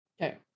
Okay